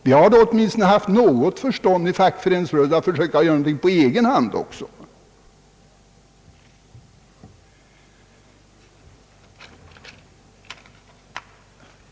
Vi inom fackföreningsrörelsen har åtminstone haft förstånd att försöka göra något på egen hand också.